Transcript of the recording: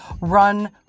run